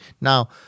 Now